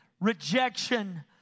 Rejection